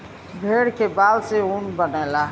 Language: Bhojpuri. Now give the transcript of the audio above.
भेड़ के बाल से ऊन बनेला